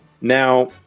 Now